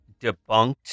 debunked